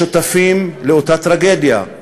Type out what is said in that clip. לשותפים לאותה טרגדיה.